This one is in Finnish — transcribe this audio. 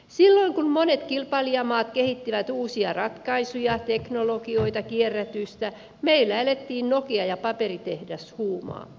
silloin kun monet kilpailijamaat kehittivät uusia ratkaisuja teknologioita kierrätystä meillä elettiin nokia ja paperitehdashuumaa